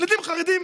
ילדים חרדים.